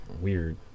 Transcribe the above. weird